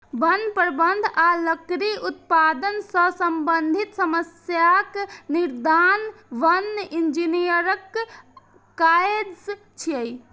वन प्रबंधन आ लकड़ी उत्पादन सं संबंधित समस्याक निदान वन इंजीनियरक काज छियै